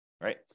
right